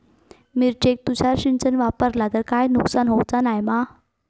मिरचेक तुषार सिंचन वापरला तर काय नुकसान होऊचा नाय मा?